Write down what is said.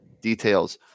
details